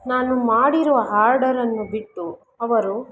ನಾನು ಮಾಡಿರುವ ಆರ್ಡರನ್ನು ಬಿಟ್ಟು ಅವರು